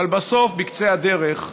אבל בסוף, בקצה הדרך,